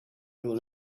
will